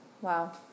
Wow